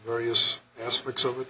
various aspects of it